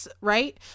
right